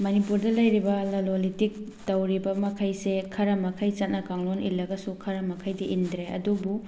ꯃꯅꯤꯄꯨꯔꯗ ꯂꯩꯔꯤꯕ ꯂꯂꯣꯟ ꯏꯇꯤꯛ ꯇꯧꯔꯤꯕ ꯃꯈꯩꯁꯦ ꯈꯔ ꯃꯈꯩ ꯆꯠꯅ ꯀꯥꯡꯂꯣꯟ ꯏꯜꯂꯒꯁꯨ ꯈꯔ ꯃꯈꯩꯗꯤ ꯏꯟꯗ꯭ꯔꯦ ꯑꯗꯨꯕꯨ